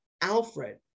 alfred